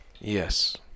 Yes